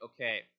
okay